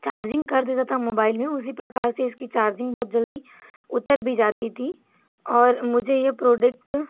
charging कर देता था मोबाइल में उसी प्रकार से इसकी चार्जिंग बहुत जल्दी उतर भी जाती थी और मुझे यह प्रोडक्ट